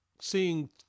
seeing